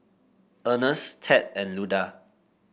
Ernest Ted and Luda